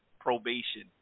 probation